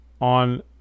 on